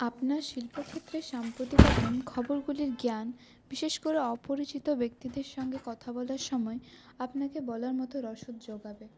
আপনার শিল্পক্ষেত্রে সাম্প্রতিকতম খবরগুলির জ্ঞান বিশেষ করে অপরিচিত ব্যক্তিদের সঙ্গে কথা বলার সময় আপনাকে বলার মতো রসদ জোগাবে